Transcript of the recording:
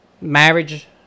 marriage